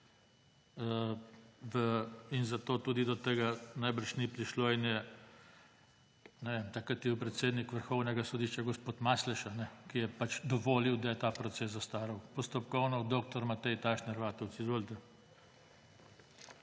zato tudi do tega najbrž ni prišlo. Takrat je bil predsednik Vrhovnega sodišča gospod Masleša, ki je dovolil, da je ta proces zastaral. Postopkovno, dr. Matej Tašner Vatovec. Izvolite.